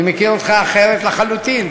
אני מכיר אותך אחרת לחלוטין.